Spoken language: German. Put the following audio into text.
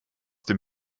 dem